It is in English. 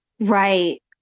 Right